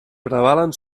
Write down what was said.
prevalen